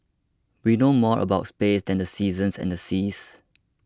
we know more about space than the seasons and the seas